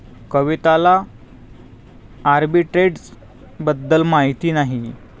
कविताला आर्बिट्रेजबद्दल माहिती नाही